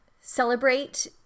celebrate